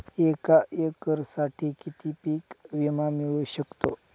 एका एकरसाठी किती पीक विमा मिळू शकतो?